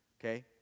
Okay